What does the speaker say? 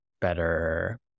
better